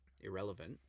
irrelevant